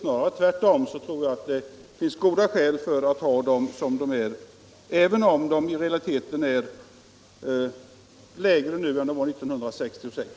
Jag tror tvärtom att det finns goda skäl att behålla gränserna sådana de är, även om de alltså i realiteten är lägre nu än 1966.